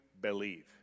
believe